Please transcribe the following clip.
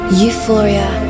euphoria